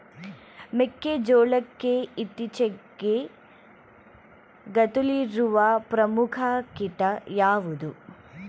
ಮೆಕ್ಕೆ ಜೋಳಕ್ಕೆ ಇತ್ತೀಚೆಗೆ ತಗುಲಿರುವ ಪ್ರಮುಖ ಕೀಟ ಯಾವುದು?